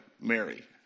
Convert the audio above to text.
Mary